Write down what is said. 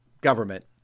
government